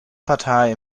partei